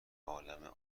عالمه